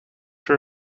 sure